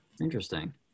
Interesting